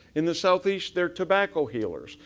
in the southeast they are tobacco healers,